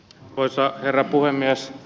arvoisa herra puhemies